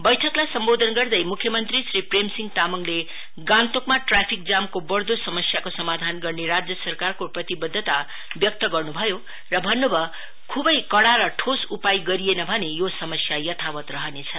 बैठकलाई सम्बोधन गर्दै मुख्य मंत्री श्री प्रेमसिंह तामाङले गान्तोकमा ट्राफिक जानको बढ़दो समस्याको समाधान गर्ने राज्य सरकारको प्रतिवद्ता लागु गर्ने भयो र भन्नु भयो खुबै कड़ा र ठोस् उपाय गरिएन भने यो समस्या यथावत् रहनेछ